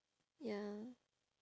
ya